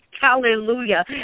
Hallelujah